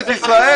זו כנסת ישראל?